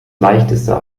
leichteste